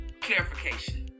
clarification